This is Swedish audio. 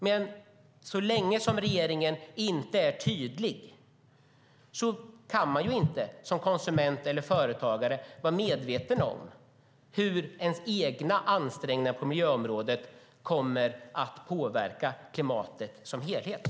Men så länge regeringen inte är tydlig kan man som konsument eller företagare inte vara medveten om hur ens egna ansträngningar på miljöområdet kommer att påverka klimatet som helhet.